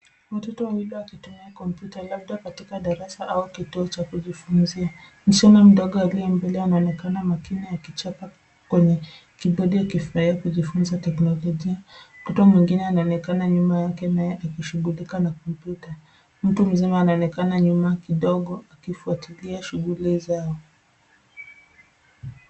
Watoto wawili wakitumia kompyuta labda katika darasa au kituo cha kujifunzia. Msichana mdogo aliye mbele anaonekana makini akichapa kwenye kibodi akifurahia kujifunzia teknolojia. Mtoto mwingine anaonekana nyuma yake naye akishughulika na kompyuta. Mtu mzima anaonekana nyuma kidogo akifuatilia shughuli zao.